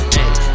Hey